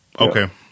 Okay